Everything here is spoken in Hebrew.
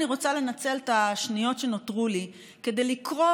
אני רוצה לנצל את השניות שנותרו לי כדי לקרוא